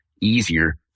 easier